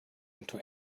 into